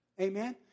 Amen